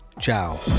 ciao